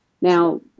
Now